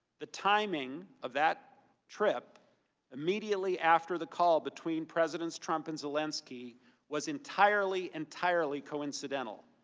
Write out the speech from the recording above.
the timing of that trip immediately after the call between president trump and zelensky was entirely, entirely coincidental.